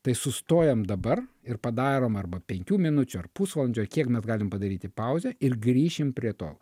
tai sustojam dabar ir padarom arba penkių minučių ar pusvalandžio kiek mes galim padaryti pauzę ir grįšim prie to